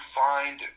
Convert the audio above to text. find